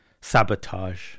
sabotage